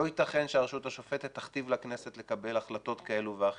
לא ייתכן שהרשות השופטת תכתיב לכנסת לקבל החלטות כאלה ואחרות.